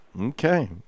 okay